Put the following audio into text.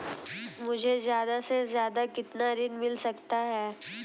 मुझे ज्यादा से ज्यादा कितना ऋण मिल सकता है?